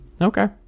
Okay